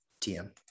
tm